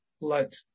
let